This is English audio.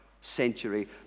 century